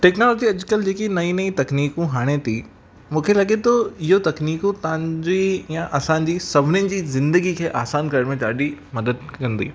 technology अॼकल्ह जेकी नई नई तकनीकूं हाणे थी मूंखे लॻे थो इहो तकनीकूं तव्हांजी या असांजी सभनीनि जी जिंदगी खे आसानु करण में ॾाढी मदद कंदी